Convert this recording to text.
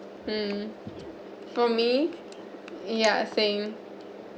mm for me ya same